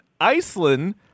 Iceland